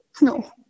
No